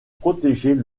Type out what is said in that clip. protéger